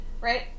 right